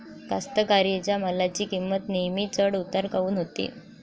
कास्तकाराइच्या मालाची किंमत नेहमी चढ उतार काऊन होते?